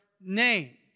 name